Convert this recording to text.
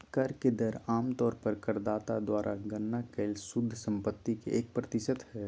कर के दर आम तौर पर करदाता द्वारा गणना कइल शुद्ध संपत्ति के एक प्रतिशत हइ